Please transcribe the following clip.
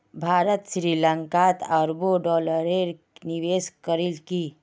भारत श्री लंकात अरबों डॉलरेर निवेश करील की